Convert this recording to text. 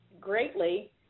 greatly